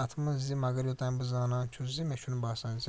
اَتھ منٛز زِ مگر یوٚتام بہٕ زانان چھُس زِ مےٚ چھُنہٕ باسان زِ